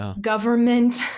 government